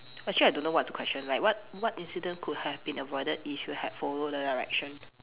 actually I don't know what's the question like what what incident could have been avoided if you had follow the direction